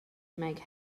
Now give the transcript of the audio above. make